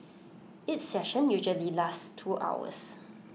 each session usually lasts two hours